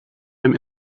them